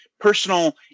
personal